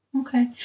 Okay